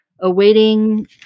awaiting